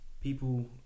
people